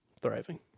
thriving